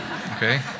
Okay